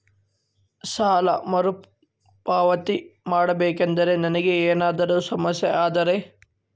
ಸಾಲ ಮರುಪಾವತಿ ಮಾಡಬೇಕಂದ್ರ ನನಗೆ ಏನಾದರೂ ಸಮಸ್ಯೆ ಆದರೆ?